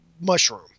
mushroom